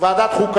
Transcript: ועדת חוץ